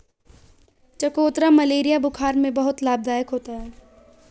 चकोतरा मलेरिया बुखार में बहुत लाभदायक होता है